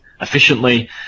efficiently